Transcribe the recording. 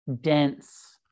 dense